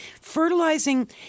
Fertilizing